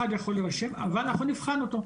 אבל אנחנו נבחן אותו,